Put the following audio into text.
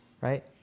right